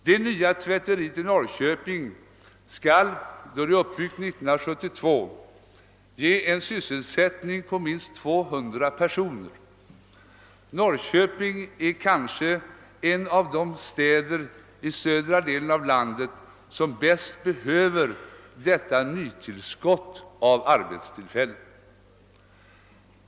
Det nya tvätteriet i Norrköping skall, då det år 1972 är uppbyggt, ge sysselsättning åt minst 200 personer. Norrköping är kanske en av de städer i södra delen av landet som bäst behöver detta nytillskott av arbetstillfällen.